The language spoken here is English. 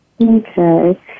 Okay